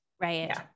Right